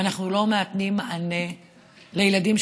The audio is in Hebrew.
ואנחנו לא נותנים מענה לילדים,